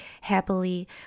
happily